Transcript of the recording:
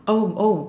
oh oh